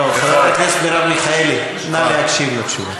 חברת הכנסת מרב מיכאלי, נא להקשיב לתשובה.